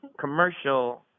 commercial